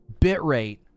Bitrate